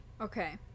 Okay